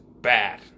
bad